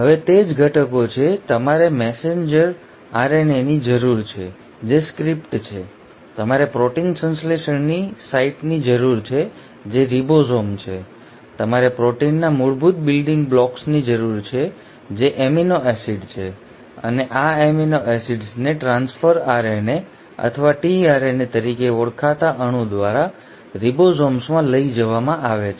હવે તે જ ઘટકો છે તમારે મેસેન્જર RNAની જરૂર છે જે સ્ક્રિપ્ટ છે તમારે પ્રોટીન સંશ્લેષણની સાઇટની જરૂર છે જે રિબોઝોમ છે તમારે પ્રોટીનના મૂળભૂત બિલ્ડિંગ બ્લોક્સની જરૂર છે જે એમિનો એસિડ છે અને આ એમિનો એસિડ્સને ટ્રાન્સફર RNA અથવા tRNA તરીકે ઓળખાતા અણુ દ્વારા રિબોસોમ્સમાં લઇ જવામાં આવે છે